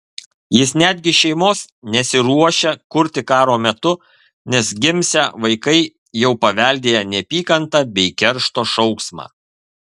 jis netgi šeimos nesiruošia kurti karo metu nes gimsią vaikai jau paveldėję neapykantą bei keršto šauksmą